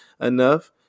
enough